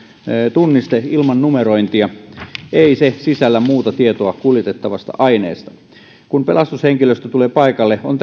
tunniste ilman numerointia ei se sisällä muuta tietoa kuljetettavasta aineesta kun pelastushenkilöstö tulee paikalle on